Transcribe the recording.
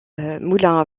moulins